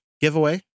giveaway